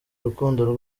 urukundo